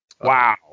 Wow